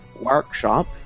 workshop